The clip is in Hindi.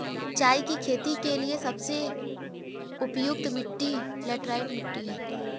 चाय की खेती के लिए सबसे उपयुक्त मिट्टी लैटराइट मिट्टी है